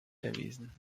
erwiesen